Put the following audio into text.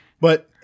But-